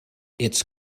its